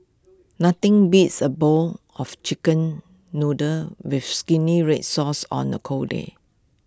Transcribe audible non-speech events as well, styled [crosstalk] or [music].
nothing beats A bowl of Chicken Noodles with [unintelligible] Red Sauce on A cold day